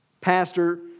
pastor